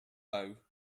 low